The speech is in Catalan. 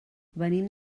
venim